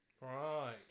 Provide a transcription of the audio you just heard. Right